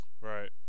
Right